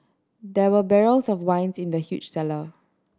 there were barrels of wines in the huge cellar